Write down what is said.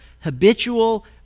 habitual